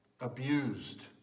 abused